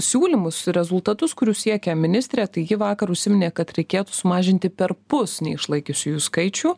siūlymus rezultatus kurių siekia ministrė tai ji vakar užsiminė kad reikėtų sumažinti perpus neišlaikiusiųjų skaičių